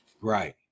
right